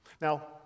Now